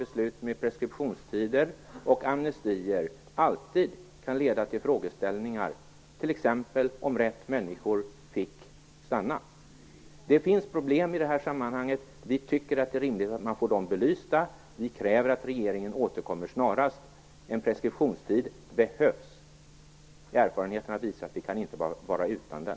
Beslut om preskriptionstider och amnestier kan alltid leda till frågeställningar, t.ex. om ifall rätt människor har fått stanna. Det finns problem i det här sammanhanget. Vi tycker att det är rimligt att de blir belysta och kräver att regeringen återkommer snarast. En preskriptionstid behövs. Erfarenheterna har visat att det inte går att vara utan den.